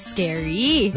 Scary